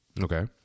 Okay